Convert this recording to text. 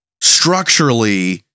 structurally